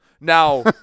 Now